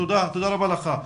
תודה, תודה רבה לך.